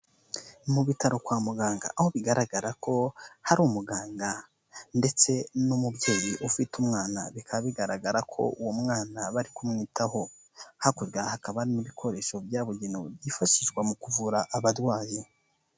Mu bitaro kwa muganga aho bigaragara ko hari umuganga ndetse n'umubyeyi ufite umwana bikaba bigaragara ko uwo mwana bari kumwitaho. Hakurya hakaba n'ibikoresho byabugenewe byifashishwa mu kuvura abarwayi.